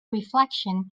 reflection